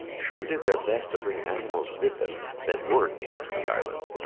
sure did their best to bring animals with them that weren't native to the islands,